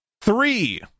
three